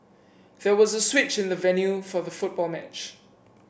there was a switch in the venue for the football match